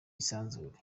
isanzure